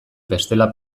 bestela